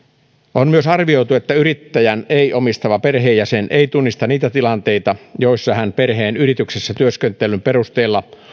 on myös arvioitu että yrittäjän ei omistava perheenjäsen ei tunnista niitä tilanteita joissa hän perheen yrityksessä työskentelyn perusteella